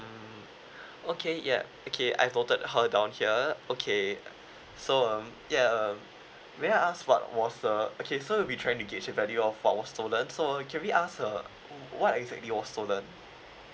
mm okay ya okay I've noted her down here okay so um ya uh may I ask what was the okay so we'll be trying to gauge the value of what was stolen so can we ask uh what exactly was stolen